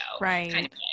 Right